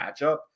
matchup